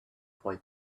boy